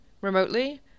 remotely